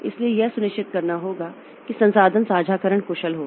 इसलिए यह सुनिश्चित करना होगा कि संसाधन साझाकरण कुशल हो